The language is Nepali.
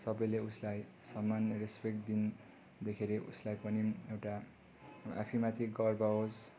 सबैले उसलाई सम्मान रेस्पेक्ट दिँदाखेरि उसलाई पनि एउटा आफै माथि गर्व होस्